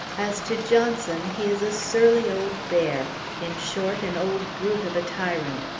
as to johnson, he is a surly old bear in short, an old brute of a tyrant.